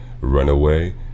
Runaway